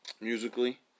musically